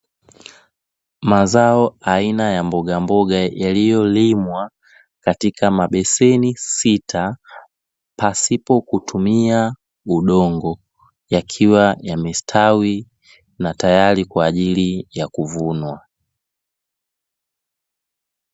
Mazao aina ya mbogamboga, yaliyolimwa katika mabeseni sita pasipo kutumia udongo, yakiwa yamesitawi na tayari kwa ajili ya kuvunwa.